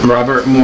Robert